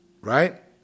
right